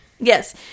Yes